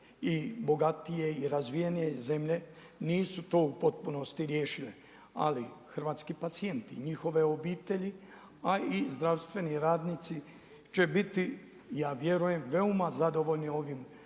i bogatije i razvijene zemlje nisu to u potpunosti riješile. Ali hrvatski pacijenti njihove obitelji, a i zdravstveni radnici će biti ja vjerujem veoma zadovoljni ovim modelom.